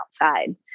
outside